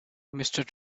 mrs